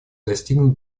достигнут